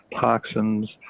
toxins